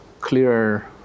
clear